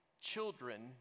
children